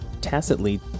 tacitly